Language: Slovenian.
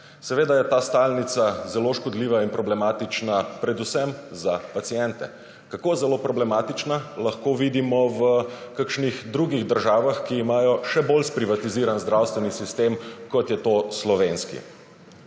Seveda je ta stalnica zelo škodljiva in problematična predvsem za paciente. Tako zelo problematična, lahko vidimo v kakšnih drugih državah, ki imajo še bolj sprivatiziran zdravstveni sistem kot je to slovenski.